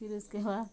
फिर उसके बाद